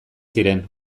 ziren